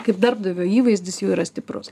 kaip darbdavio įvaizdis jų yra stiprus